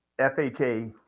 FHA